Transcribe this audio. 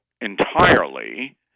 entirely